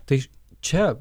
tai čia